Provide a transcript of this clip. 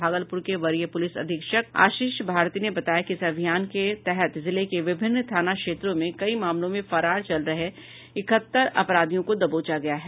भागलपुर के वरीय पुलिस अधीक्षक आशीष भारती ने बताया कि इस अभियान के तहत जिले के विभिन्न थाना क्षेत्रों में कई मामलों में फरार चल रहे इकहत्तर अपराधियों को गिरफ्तार किया है